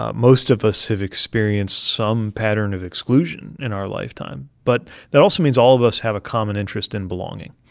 ah most of us have experienced some pattern of exclusion in our lifetime. but that also means all of us have a common interest in belonging.